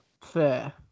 fair